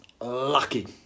lucky